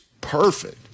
perfect